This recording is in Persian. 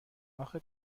اخه